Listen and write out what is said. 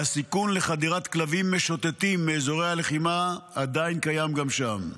והסיכון לחדירת כלבים משוטטים מאזורי הלחימה עדיין קיים גם שם.